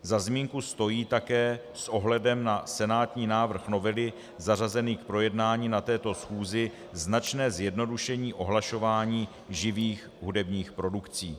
Za zmínku stojí také s ohledem na senátní návrh novely zařazený k projednání na této schůzi značné zjednodušení ohlašování živých hudebních produkcí.